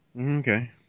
Okay